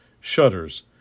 shutters